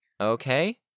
Okay